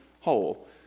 whole